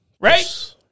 Right